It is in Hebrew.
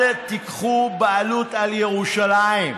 אל תיקחו בעלות על ירושלים.